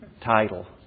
title